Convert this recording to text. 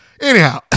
Anyhow